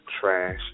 trash